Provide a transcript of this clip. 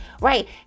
right